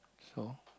so